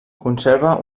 conserva